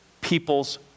people's